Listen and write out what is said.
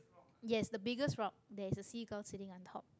yes the biggest rock there is a seagull sitting on top